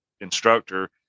instructor